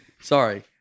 Sorry